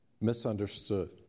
misunderstood